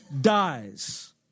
dies